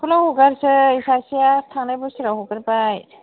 स्कुलाव हगारसै सासेया थांनाय बोसोराव हगारबाय